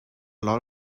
lot